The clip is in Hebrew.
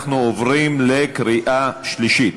אנחנו עוברים לקריאה שלישית.